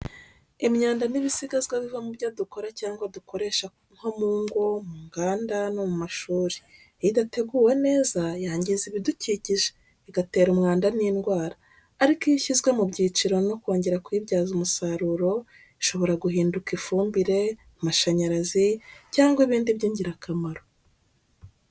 Imyanda ni ibisigazwa biva mu byo dukora cyangwa dukoresha nko mu ngo, mu nganda no mu mashuri. Iyo idateguwe neza, yangiza ibidukikije, igatera umwanda n’indwara. Ariko iyo ishyizwe mu byiciro no kongera kuyibyaza umusaruro, ishobora guhinduka ifumbire, amashanyarazi cyangwa ibindi by’ingirakamaro.